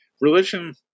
Religion